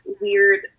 weird